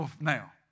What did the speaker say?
now